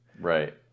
Right